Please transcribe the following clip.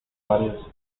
varios